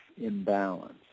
imbalance